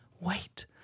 Wait